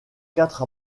quatre